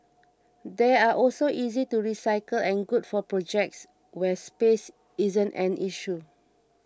they are also easy to recycle and good for projects where space isn't an issue